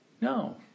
No